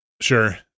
sure